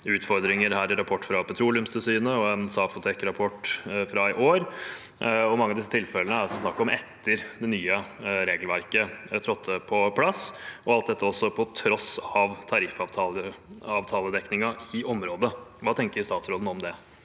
utfordringer i en rapport fra Petroleumstilsynet og en Safetec-rapport fra i år. I mange av disse tilfellene er det snakk om etter at det nye regelverket kom på plass, og alt dette også på tross av tariffavtaledekningen i området. Hva tenker statsråden om det?